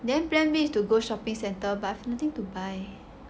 then plan B is to go shopping centre but nothing to buy